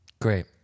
Great